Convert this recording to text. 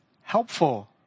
helpful